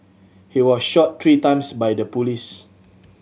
he was shot three times by the police